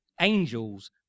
Angels